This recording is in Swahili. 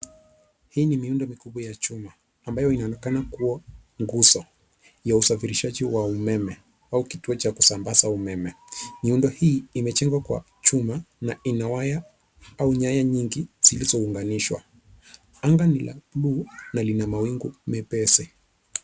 Hii ni miundo mikubwa ya chuma ambayo inaonekana kuwa nguzo ya usafirishaji wa umeme au kituo cha kusmabaza umeme. Miundo hii imejengwa kwa chuma na ina waya au nyaya nyingi zilizo unganishwa. Anga ni la buluu na ina mawingu mwepesi.